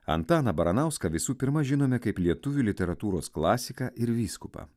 antaną baranauską visų pirma žinome kaip lietuvių literatūros klasiką ir vyskupą